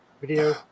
video